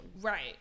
Right